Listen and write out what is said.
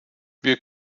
wir